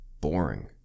boring